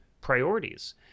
priorities